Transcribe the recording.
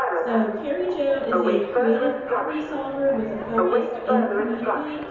so carrie jo is a creative problem solver with a focus in community.